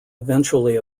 eventually